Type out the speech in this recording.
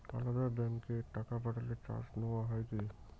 আলাদা ব্যাংকে টাকা পাঠালে চার্জ নেওয়া হয় কি?